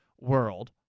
world